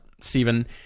Stephen